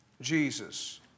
Jesus